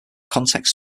context